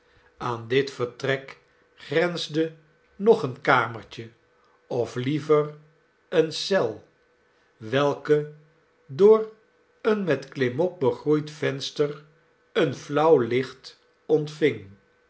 aan dit vertrek grensde nog een kamertje of liever eene eel welke door een met klimop begroeid venster een flauw licht ontving